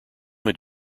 had